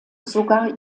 sogar